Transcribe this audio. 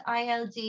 ILD